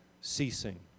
ceasing